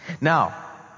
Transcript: Now